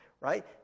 right